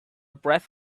breath